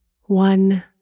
One